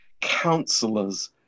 counselors